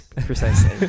precisely